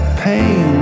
pain